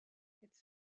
its